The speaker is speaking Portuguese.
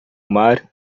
mar